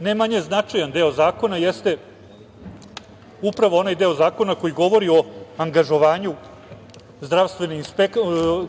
ne manje značajan deo zakona jeste upravo onaj deo zakona koji govori o angažovanju